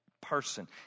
person